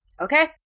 Okay